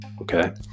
Okay